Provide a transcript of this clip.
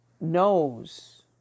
Knows